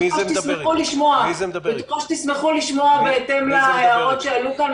אני בטוחה שתשמחו לשמוע בהתאם להערות שעלו כאן.